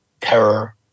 terror